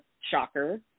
shocker